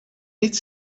niet